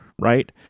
right